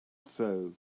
though